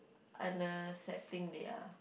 unaccepting they are